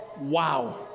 Wow